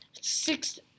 six